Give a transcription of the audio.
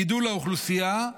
גידול האוכלוסייה,